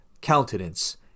countenance